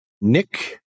Nick